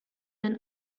den